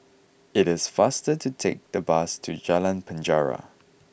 it is faster to take the bus to Jalan Penjara